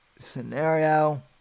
scenario